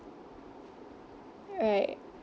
right